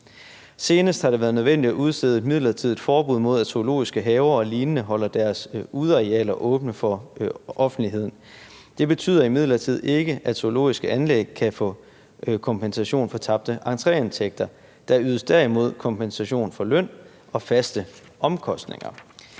Senest har det været nødvendigt at udstede et midlertidigt forbud mod, at zoologiske haver og lignende holder deres udearealer åbne for offentligheden. Det betyder imidlertid ikke, at zoologiske anlæg kan få kompensation for tabte entréindtægter. Der ydes derimod kompensation for løn og faste omkostninger.